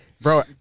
Bro